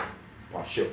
!wah! shiok